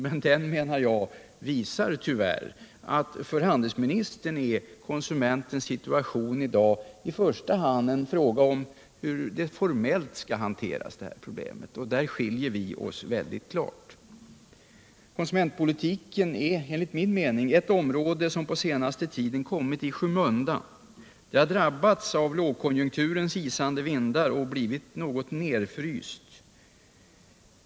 Men den visar tyvärr att för handelsministern är konsumentens situation i första hand en fråga om hur problemet formellt skall hanteras, och där skiljer sig våra uppfattningar. Konsumentpolitiken är ett område som på senaste tiden har kommit i skymundan. Det har drabbats av lågkonjunkturens isande vindar och blivit något nedfryst.